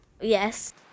Yes